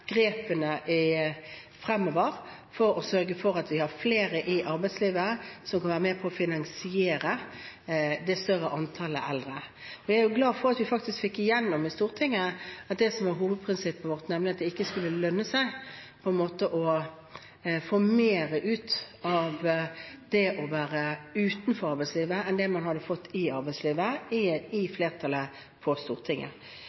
grepene fremover for å sørge for at vi har flere i arbeidslivet som kan være med på å finansiere det større antallet eldre. Jeg er glad for at vi faktisk fikk gjennom og fikk flertall i Stortinget for det som var hovedprinsippet vårt, nemlig at det ikke skulle lønne seg mer å være utenfor arbeidslivet enn å være i arbeidslivet. Det er alltid vondt å